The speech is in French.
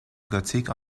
gothique